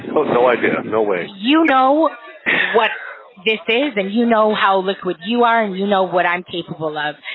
no so idea, no way. you know what this is and you know how liquid you are and you know what i'm capable of,